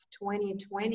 2020